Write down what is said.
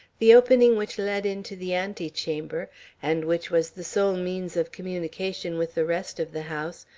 the opening which led into the antechamber, and which was the sole means of communication with the rest of the house,